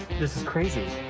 this is crazy.